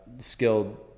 skilled